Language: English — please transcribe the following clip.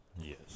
Yes